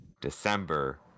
December